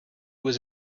was